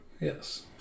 Yes